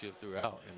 throughout